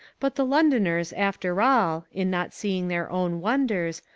but the londoners, after all, in not seeing their own wonders,